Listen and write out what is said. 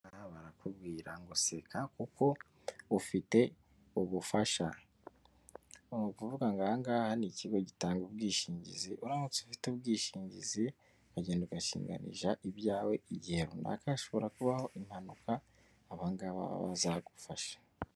Aha barakubwira ngo seka kuko ufite ubufasha. Ni ukuvuga ngo aha ngaha ni ikigo gitanga ubwishingizi, uramutse ufite ubwishingizi uragenda ugashinganisha ibyawe igihe runaka hashobora kubaho impanuka, abangaba baba bazagufasha.